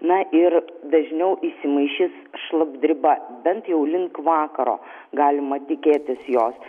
na ir dažniau įsimaišys šlapdriba bent jau link vakaro galima tikėtis jos